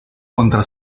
contra